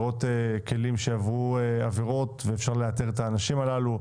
כלים שעברו עבירות ואפשר לאתר את האנשים האלה,